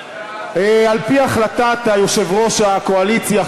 על-פי החלטת יושב-ראש הקואליציה,